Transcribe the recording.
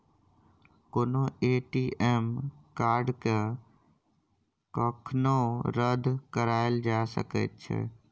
कोनो ए.टी.एम कार्डकेँ कखनो रद्द कराएल जा सकैत छै